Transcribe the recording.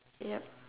yup